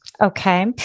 Okay